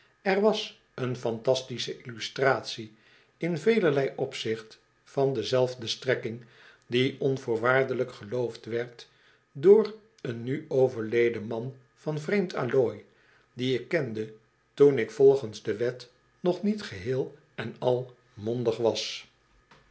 er was een phantastische illustratie in velerlei opzicht van dezelfde strekking die onvoorwaardelijk geloofd werd door een nu overleden man van vreemd allooi dien ik kende toen ik volgens de wet nog niet geheel en al mondig was